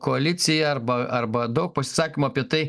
koaliciją arba arba daug pasisakymų apie tai